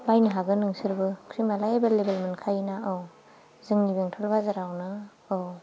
बायनो हागोन नोंसोरबो क्रिमआनो एबेलेबेल मोनखायो ना औ जोंनि बेंटल बाजारावनो औ